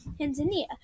Tanzania